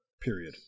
Period